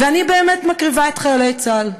ואני באמת מקריבה את חיילי צה"ל.